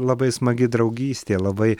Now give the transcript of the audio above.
labai smagi draugystė labai